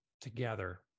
together